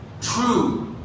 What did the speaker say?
true